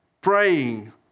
Praying